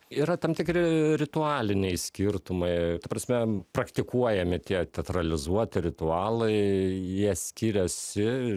yra tam tikri ritualiniai skirtumai ta prasme praktikuojami tie teatralizuoti ritualai jie skiriasi